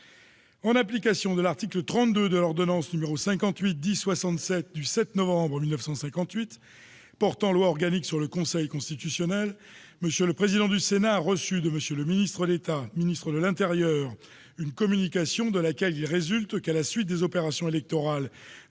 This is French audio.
En application de l'article 32 de l'ordonnance n° 58-1067 du 7 novembre 1958 portant loi organique sur le Conseil constitutionnel, M. le président du Sénat a reçu de M. le ministre d'État, ministre de l'intérieur, une communication de laquelle il résulte que, à la suite des opérations électorales